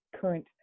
current